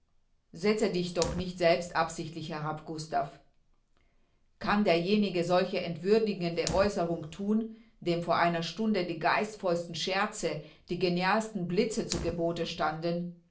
setze dich doch nicht selbst absichtlich herab gustav kann derjenige solche entwürdigende aeußerung thun dem vor einer stunde die geistvollsten scherze die genialsten blitze zu gebote standen